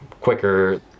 quicker